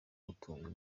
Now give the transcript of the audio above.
gutunga